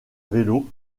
vélo